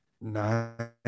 Nine